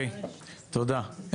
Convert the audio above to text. תודה.